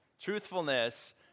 truthfulness